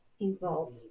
involved